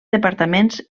departaments